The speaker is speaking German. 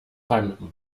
beim